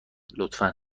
لطفا